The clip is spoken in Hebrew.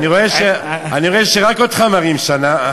אני רואה שרק אותך מראיינים שם.